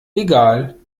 egal